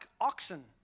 oxen